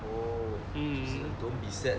mm